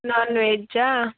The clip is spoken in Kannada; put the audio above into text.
ನಾನ್ ವೆಜ್ಜಾ